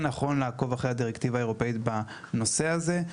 נכון לעקוב אחרי הדירקטיבה האירופאית בנושא הזה,